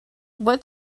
what